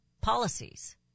policies